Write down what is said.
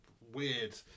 weird